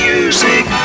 Music